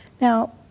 Now